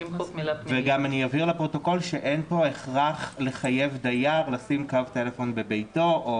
וגם אבהיר לפרוטוקול שאין פה הכרח לחייב דייר לשים קו טלפון בביתו.